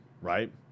right